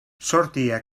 sortia